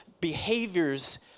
behaviors